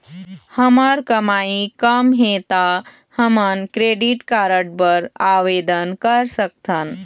हमर कमाई कम हे ता हमन क्रेडिट कारड बर आवेदन कर सकथन?